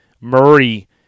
Murray